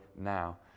now